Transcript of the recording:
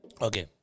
Okay